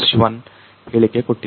ಶಿವನ್ ಹೇಳಿಕೆಕೊಟ್ಟಿದ್ದಾರೆ